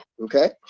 Okay